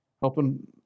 helping